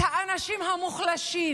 את האנשים המוחלשים,